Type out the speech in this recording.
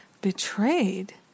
betrayed